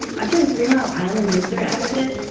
after the three mile island nuclear accident,